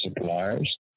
suppliers